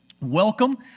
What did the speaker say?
welcome